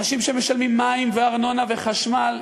אנשים שמשלמים מים, ארנונה וחשמל.